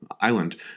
island